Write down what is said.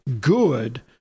good